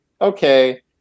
okay